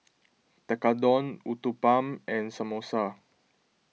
Tekkadon Uthapam and Samosa